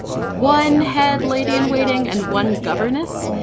one head lady and waiting and one governess,